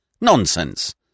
Nonsense